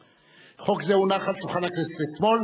חוק זה הונח על שולחן הכנסת אתמול.